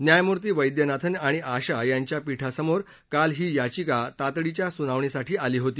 न्यायमूर्ती वैद्यनाथन आणि आशा यांच्या पीठासमोर काल ही याचिका तातडीच्या सुनावणीसाठी आली होती